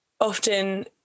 often